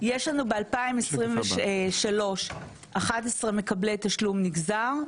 יש לנו ב-2023 11 מקבלי תשלום נגזר,